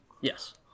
Yes